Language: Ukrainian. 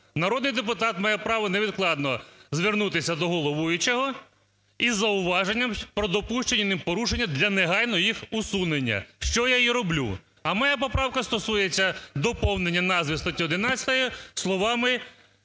народний депутат має право невідкладно звернутися до головуючого із зауваженням про допущення ним порушення для негайного їх усунення, що я і роблю. А моя поправка стосується доповнення назви статті 11 словами